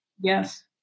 Yes